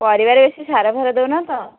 ପରିବାରେ ବେଶୀ ସାର ଫାର ଦେଉନ ତ